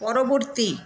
পরবর্তী